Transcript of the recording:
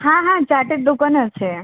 হ্যাঁ হ্যাঁ চাটের দোকান আছে